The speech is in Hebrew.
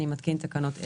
אני מתקין תקנות אלה: